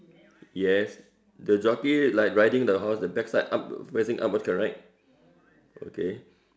yes the jockey like riding the horse the backside up facing upwards correct okay